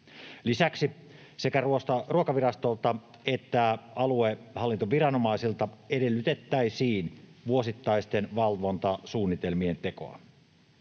Lisäksi sekä Ruokavirastolta että aluehallintoviranomaisilta edellytettäisiin vuosittaisten valvontasuunnitelmien tekoa.